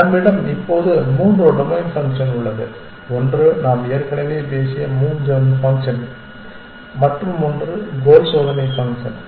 நம்மிடம் இப்போது மூன்று டொமைன் ஃபங்க்ஷன் உள்ளது ஒன்று நாம் ஏற்கனவே பேசிய மூவ்ஜென் ஃபங்க்ஷன் மற்றும் ஒன்று கோல் சோதனை ஃபங்க்ஷன்